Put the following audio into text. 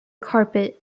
carpet